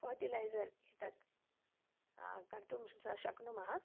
fertiliser एतत् कर्तुं श्त शक्नुमः